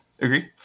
Agree